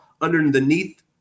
underneath –